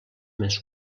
més